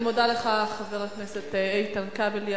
אני מודה לך, חבר הכנסת איתן כבל.